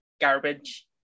garbage